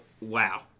wow